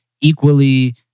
equally